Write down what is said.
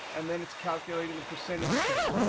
and then it's calculating the percentage change.